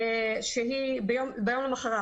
שהיא ביום למחרת.